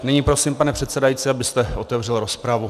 Nyní prosím, pane předsedající, abyste otevřel rozpravu.